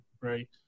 right